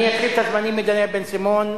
אני אתחיל את הזמנים מדניאל בן-סימון.